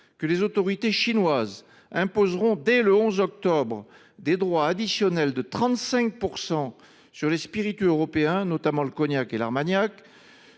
que les autorités chinoises imposeront dès le 11 octobre des droits additionnels de 35 % sur les spiritueux européens, notamment le cognac et l’armagnac.